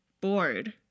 bored